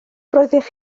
roeddech